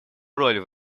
роль